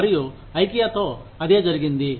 మరియు ఐకియాతో అదే జరిగింది